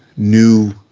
new